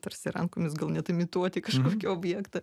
tarsi rankomis gal net imituoti kažkokį objektą